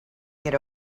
get